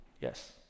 Yes